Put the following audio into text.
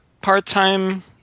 part-time